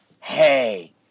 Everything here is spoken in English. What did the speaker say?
hey